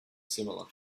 similar